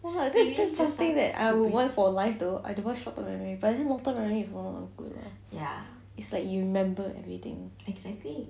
!wah! that's that something I would want for life though I don't want short term memory but then long time memory is also good lah it's like you remember everything